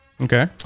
Okay